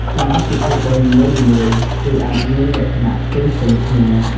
សម្រាប់ពិធីបុណ្យនីមួយៗគឺអាចមានលក្ខណៈផ្សេងៗគ្នា។